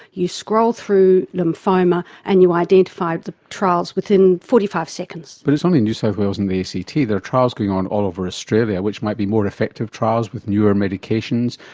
you scroll through lymphoma and you identify the trials within forty five seconds. but it's only new south wales and the act, there are trials going on all over australia which might be more effective trials with newer medications.